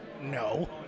No